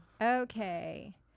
Okay